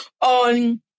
on